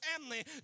family